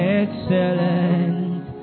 excellent